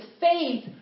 faith